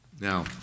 Now